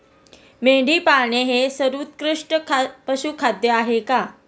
मेंढी पाळणे हे सर्वोत्कृष्ट पशुखाद्य आहे का?